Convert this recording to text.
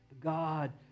God